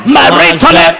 Marital